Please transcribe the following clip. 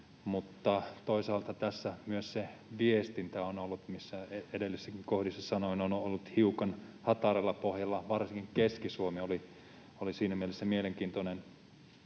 mutta toisaalta tässä myös se viestintä on ollut — mistä edellisissäkin kohdissa sanoin — hiukan hataralla pohjalla. Varsinkin Keski-Suomi oli siinä mielessä mielenkiintoinen